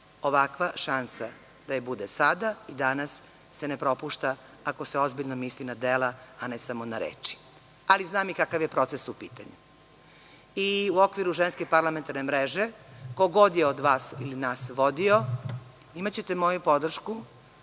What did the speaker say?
Ovakva šansa da je bude sada i danas se ne propušta ako se ozbiljno misli na dela a ne samo na reči. Ali znam i kakav je proces u pitanju. I u okviru ženske parlamentarne mreže, ko god je od vas ili nas vodio, imaćete moju podršku